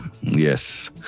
Yes